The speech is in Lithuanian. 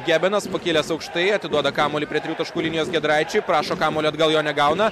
gebenas pakilęs aukštai atiduoda kamuolį prie trijų taškų linijos giedraičiui prašo kamuolio atgal jo negauna